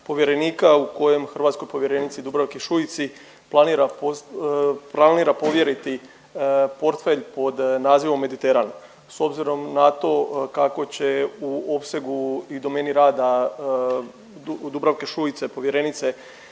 u kojem hrvatskoj povjerenici Dubravki Šuici planira po… planira povjeriti portfelj pod nazivom Mediteran. S obzirom na to kako će u opsegu i domeni rada Dubravke Šuice povjerenice